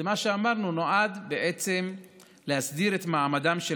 זה מה שאמרנו שנועד להסדיר את מעמדן של